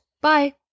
Bye